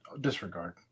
Disregard